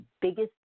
biggest